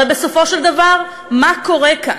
אבל בסופו של דבר, מה קורה כאן?